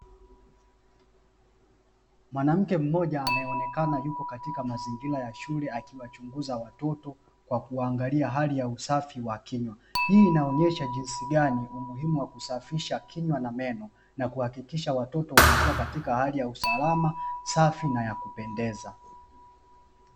Mwanamke mmoja anaonekana yupo katika mazingira ya shule, akiwachunguza watoto kwa kuwaangalia hali ya usafi wa kinywa. Hii inaonyesha jinsi gani umuhimu wa kusafisha kinywa na meno na kuhakikisha watoto wanakuwa katika hali ya usalama safi na ya kupendeza.